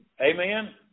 Amen